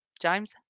James